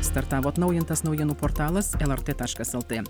startavo atnaujintas naujienų portalas el er tė taškas el tė